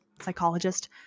psychologist